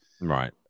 right